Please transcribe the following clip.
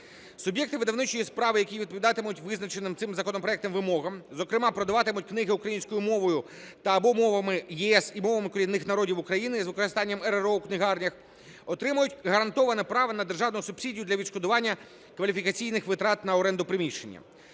Суб'єкти видавничої справи, які відповідатимуть визначеним цим законопроектом вимогам, зокрема продаватимуть книги українською мовою та/або мовами ЄС і мовами корінних народів України, з використанням РРО в книгарнях, отримають гарантоване право на державну субсидію для відшкодування кваліфікаційних витрат на оренду приміщення.